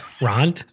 Ron